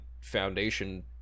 foundation